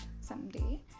someday